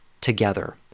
together